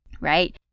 right